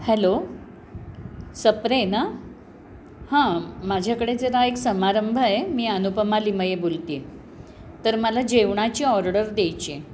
hello Sapre ना हां माझ्याकडे जरा एक समारंभ आहे मी अनुपमा लिमये बोलते आहे तर मला जेवणाची ऑर्डर द्यायची आहे